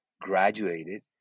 graduated